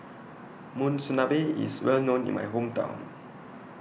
Monsunabe IS Well known in My Hometown